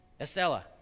Estella